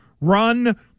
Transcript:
run